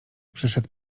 przyszedł